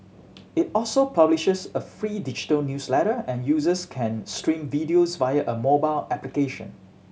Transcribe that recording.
it also publishes a free digital newsletter and users can stream videos via a mobile application